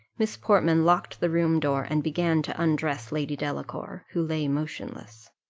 miss portman locked the room door, and began to undress lady delacour, who lay motionless.